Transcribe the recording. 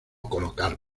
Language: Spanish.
colocar